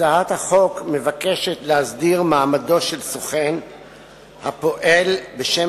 הצעת החוק מבקשת להסדיר את מעמדו של סוכן הפועל בשם